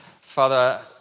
Father